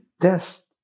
test